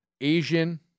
Asian